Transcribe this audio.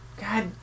God